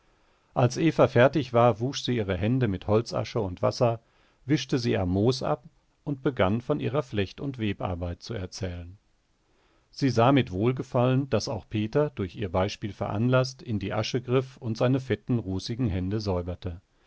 als eva fertig war wusch sie ihre hände mit holzasche und wasser wischte sie am moos ab und begann von ihrer flecht und webarbeit zu erzählen sie sah mit wohlgefallen daß auch peter durch ihr beispiel veranlaßt in die asche griff und seine fetten rußigen hände säuberte